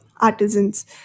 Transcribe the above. artisans